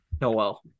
Noel